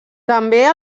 també